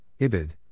Ibid